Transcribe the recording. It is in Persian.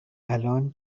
الان